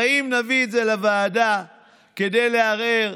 הרי אם נביא את זה לוועדה כדי לערער,